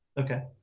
okay,